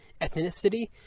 Ethnicity